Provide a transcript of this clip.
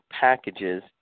packages